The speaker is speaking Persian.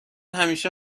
همیشه